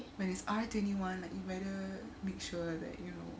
when it's R twenty one you better make sure that you know